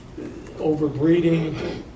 overbreeding